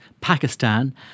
Pakistan